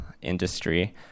Industry